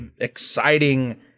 exciting